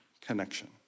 connection